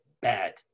bad